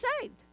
saved